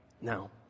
Now